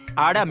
are um